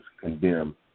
condemn